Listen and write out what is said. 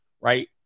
right